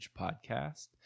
Podcast